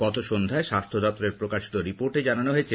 গত সন্ধ্যায় স্বাস্থ্য দপ্তরের প্রকাশিত রিপোর্টে জানানো হয়েছে